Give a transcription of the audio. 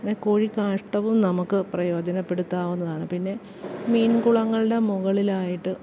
പിന്നെ കോഴിക്കാഷ്ടവും നമുക്ക് പ്രയോജനപ്പെടുത്താവുന്നതാണ് പിന്നെ മീൻ കുളങ്ങളുടെ മുകളിലായിട്ട്